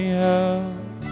help